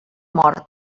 mort